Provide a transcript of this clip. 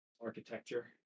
architecture